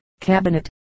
cabinet